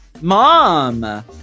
Mom